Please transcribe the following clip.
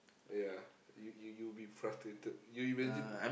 ya you you'd be frustrated you imagine